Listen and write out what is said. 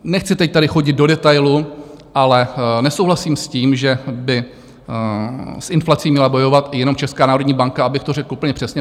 Nechci teď tady chodit do detailu, ale nesouhlasím s tím, že by s inflací měla bojovat jenom Česká národní banka, abych to řekl úplně přesně.